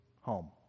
home